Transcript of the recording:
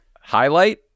Highlight